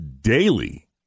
daily